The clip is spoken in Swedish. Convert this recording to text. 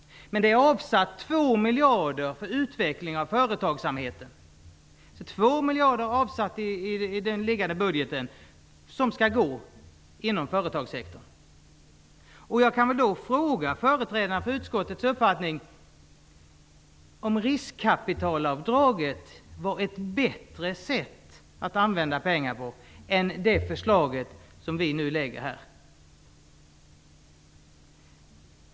Men 2 miljarder är avsatta för utveckling av företagsamheten. I budgeten är 2 miljarder avsatta som skall gå till företagssektorn. Jag vill fråga företrädaren för utskottets uppfattning om riskkapitalavdraget var ett bättre sätt att använda pengar på än det förslag som vi lägger fram.